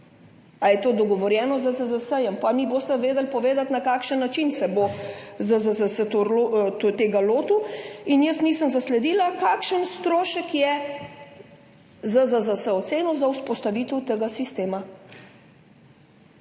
Ali je to dogovorjeno z ZZZS? Potem mi boste vedeli povedati, na kakšen način se bo ZZZS tega lotil. Jaz nisem zasledila, kakšen strošek je ZZZS ocenil za vzpostavitev tega sistema.